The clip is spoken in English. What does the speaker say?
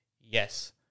yes